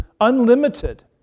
unlimited